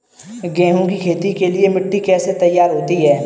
गेहूँ की खेती के लिए मिट्टी कैसे तैयार होती है?